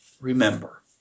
remember